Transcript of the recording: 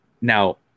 Now